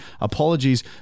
apologies